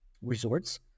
resorts